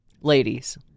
ladies